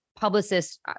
publicist